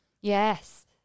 Yes